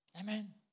Amen